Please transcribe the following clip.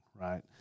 right